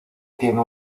tiene